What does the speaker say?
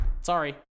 sorry